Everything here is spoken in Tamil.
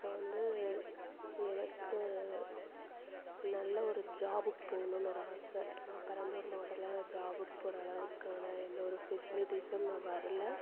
அப்பறம் வந்து எனக்கு நல்ல ஒரு ஜாபுக்கு போகணுன்னு ஒரு ஆசை ஆனால் பெரம்பலூர் மாவட்டத்துலலாம் ஜாபுக்கு போகிற அளவுக்கான எந்த ஒரு ஃபெசிலிட்டிஸும் இன்னும் வரலை